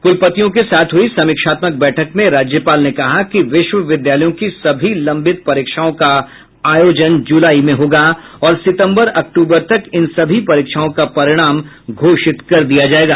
कुलपतियों के साथ हुयी समीक्षात्मक बैठक में राज्यपाल ने कहा कि विश्वविद्यालयों की सभी लंबित परीक्षाओं का आयोजन जुलाई में होगा और सितंबर अक्टूबर तक इन सभी परीक्षाओं का परिणाम घोषित कर दिये जायेगा